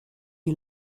die